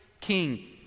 king